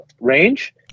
range